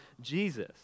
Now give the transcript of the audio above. Jesus